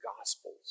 Gospels